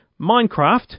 Minecraft